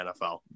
NFL